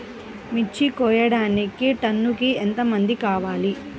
మిర్చి కోయడానికి టన్నుకి ఎంత మంది కావాలి?